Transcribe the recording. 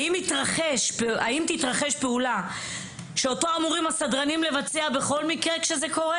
האם היתה אמורה תתרחש פעולה שאותה אמורים הסדרנים לבצע אם מצב כזה יקרה?